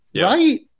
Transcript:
right